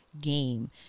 game